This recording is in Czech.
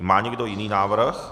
Má někdo jiný návrh?